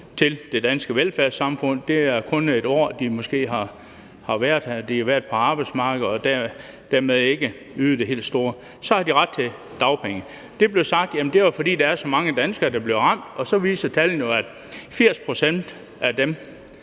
til det danske velfærdssamfund. Det er kun 1 år, hvor de måske har været på arbejdsmarkedet og dermed ikke har ydet det helt store, men så har de ret til dagpenge. Det er blevet sagt, at det er, fordi der var så mange danskere, der blev ramt, og så viser tallene jo, at 80 pct. af dem,